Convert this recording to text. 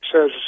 says